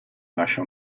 lascia